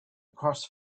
across